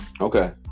Okay